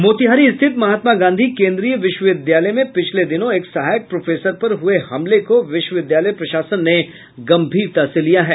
मोतिहारी स्थित महात्मा गांधी केन्द्रीय विश्वविद्यालय में पिछले दिनों एक सहायक प्रोफेसर पर हुए हमले को विश्वविद्यालय प्रशासन ने गंभीरता से लिया है